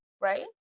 Right